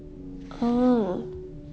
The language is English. oh